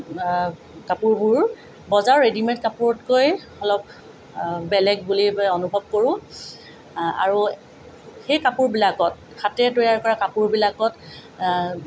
কাপোৰবোৰ বজাৰৰ ৰেডিমে'ড কাপোৰতকৈ অলপ বেলেগ বুলি অনুভৱ কৰোঁ আৰু সেই কাপোৰবিলাকত হাতেৰে তৈয়াৰ কৰা কাপোৰবিলাকত